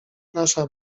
nasza